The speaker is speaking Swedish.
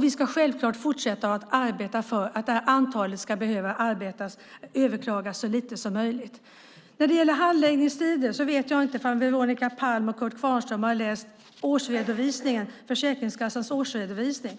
Vi ska självklart fortsätta arbeta för att antalet överklaganden ska bli så litet som möjligt. När det gäller handläggningstider vet jag inte om Veronica Palm och Kurt Kvarnström har läst Försäkringskassans årsredovisning.